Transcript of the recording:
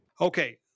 Okay